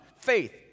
faith